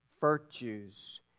virtues